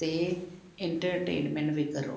ਅਤੇ ਇੰਟਰਟੇਨਮੈਂਟ ਵੀ ਕਰੋ